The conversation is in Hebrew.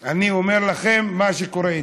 אני אומר לכם מה קורה איתי.